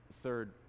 third